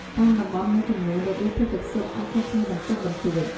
តាមតំបន់មួយចំនួន របៀបធ្វើទឹកស៊ុបអាចខុសគ្នាបន្តិចបន្តួច។